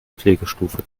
pflegestufe